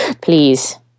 Please